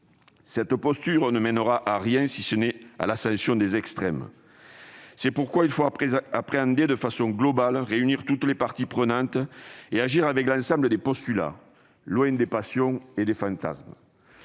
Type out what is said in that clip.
Cette posture ne mènera à rien, sinon à l'ascension des extrêmes. C'est la raison pour laquelle il faut appréhender les problèmes de façon globale, réunir toutes les parties prenantes et agir avec l'ensemble des postulats, loin des passions et des fantasmes.